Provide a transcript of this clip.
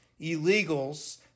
illegals